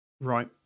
Right